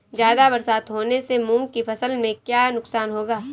ज़्यादा बरसात होने से मूंग की फसल में क्या नुकसान होगा?